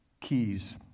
Keys